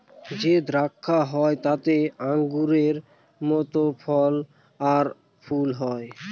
যে দ্রাক্ষা হয় তাতে আঙুরের মত ফল আর ফুল হয়